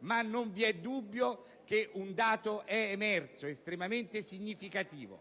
Non vi è dubbio che è emerso un dato estremamente significativo: